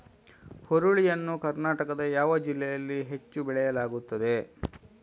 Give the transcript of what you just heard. ಹುರುಳಿ ಯನ್ನು ಕರ್ನಾಟಕದ ಯಾವ ಜಿಲ್ಲೆಯಲ್ಲಿ ಹೆಚ್ಚು ಬೆಳೆಯಲಾಗುತ್ತದೆ?